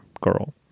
girl